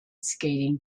skating